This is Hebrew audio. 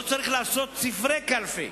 לא צריך לעשות ספרי קלפי,